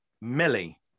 Millie